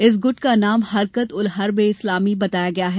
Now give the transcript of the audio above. इस गुट का नाम हरकत उल हर्ब ए इस्लामी बताया गया है